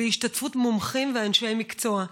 בהשתתפות מומחים ואנשי מקצוע.